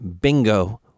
bingo